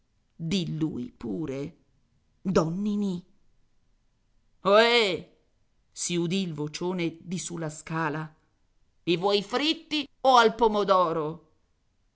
di lui pure don ninì ohè si udì il vocione di su la scala i vuoi fritti o al pomodoro